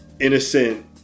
innocent